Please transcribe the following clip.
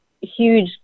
huge